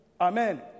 Amen